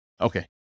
Okay